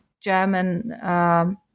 German